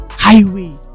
highway